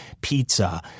pizza